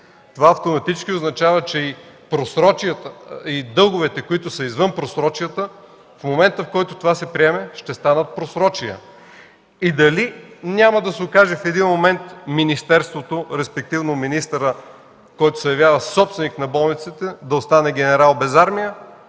Това автоматически означава, че и дълговете, които са извън просрочията, в момента, в който това се приеме, ще станат просрочия. Дали няма да се окаже в един момент министерството, респективно министърът, който се явява собственик на болницата, да остане генерал без армия,